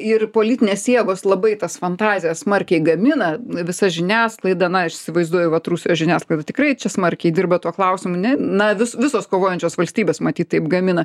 ir politinės jėgos labai tas fantazijas smarkiai gamina visa žiniasklaida na aš įsivaizduoju vat rusijos žiniasklaida tikrai čia smarkiai dirba tuo klausimu ne na vis visos kovojančios valstybės matyt taip gamina